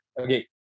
okay